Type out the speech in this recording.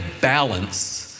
balance